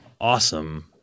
awesome